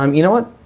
um you know what?